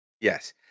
yes